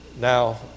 now